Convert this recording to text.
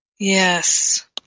Yes